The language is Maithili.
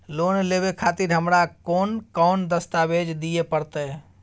लोन लेवे खातिर हमरा कोन कौन दस्तावेज दिय परतै?